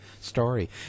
story